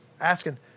asking